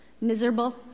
miserable